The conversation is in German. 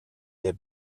der